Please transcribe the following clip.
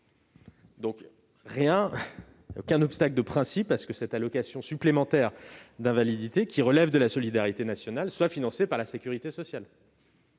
donc pas d'obstacle de principe à ce que cette allocation supplémentaire d'invalidité, qui relève de la solidarité nationale, soit financée par la sécurité sociale.